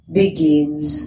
begins